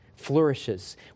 flourishes